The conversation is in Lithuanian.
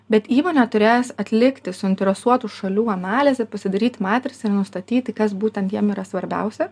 bet įmonė turės atlikti suinteresuotų šalių analizė pasidaryt matricą nustatyti kas būtent jiem yra svarbiausia